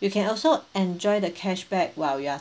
you can also enjoy the cashback while you're